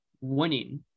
winning